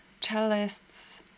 cellists